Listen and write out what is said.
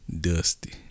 dusty